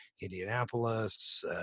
Indianapolis